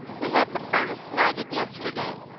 we had the furnace lighted yesterday,